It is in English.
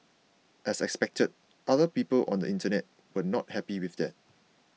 as expected other people on the internet were not happy with that